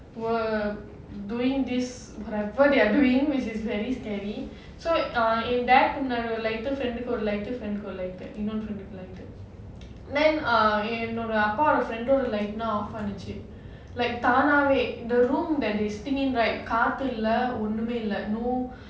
were doing this whatever they are doing which is very scary so ah in that light ஒரு:oru friend டுக்கு ஒரு:dukku oru light ஒரு:oru டுக்கு ஒரு:dukku oru light இன்னொரு:innoru friend டுக்கு ஒரு:dukku oru then ah எங்க அப்பா:enga appa friend டோட:toda light மட்டும்:mattum off பண்ணிச்சு:pannichu like தானவே:thanaavae the room that they sitting in right காத்து கூட இல்ல ஒன்னும் இல்ல:kaathu kuda illa onnum illa like no